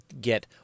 get